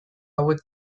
hauek